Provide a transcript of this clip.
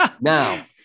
Now